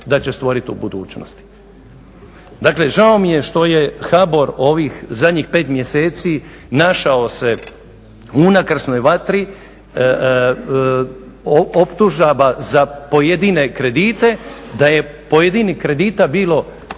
da će stvorit u budućnosti. Dakle žao mi je što je HBOR ovih zadnjih 5 mjeseci našao se u unakrsnoj vatri optužaba za pojedine kredite, da je pojedinih kredita bilo